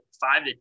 five